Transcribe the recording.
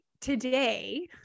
today